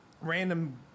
random